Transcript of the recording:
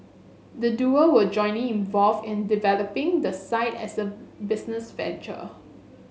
the duo were jointly involved in developing the site as a business venture